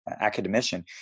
academician